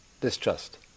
Distrust